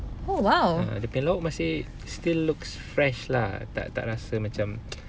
dia punya lauk masih still looks fresh lah tak tak rasa macam